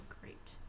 great